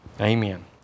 Amen